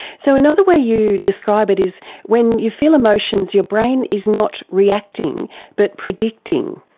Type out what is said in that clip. so another way you describe it is when you feel emotions your brain is not reacting but predicting.